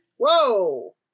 Whoa